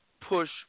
push